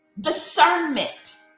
discernment